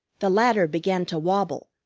the ladder began to wobble,